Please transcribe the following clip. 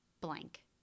blank